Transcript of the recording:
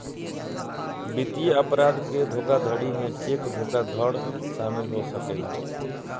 वित्तीय अपराध के धोखाधड़ी में चेक धोखाधड़ शामिल हो सकेला